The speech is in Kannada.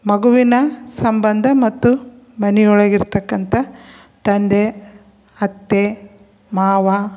ಮಗುವಿನ ಸಂಬಂಧ ಮತ್ತು ಮನೆಯೊಳಗ್ ಇರತಕ್ಕಂಥ ತಂದೆ ಅತ್ತೆ ಮಾವ